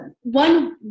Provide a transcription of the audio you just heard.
one